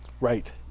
Right